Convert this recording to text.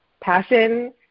passion